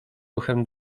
ruchem